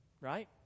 right